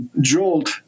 jolt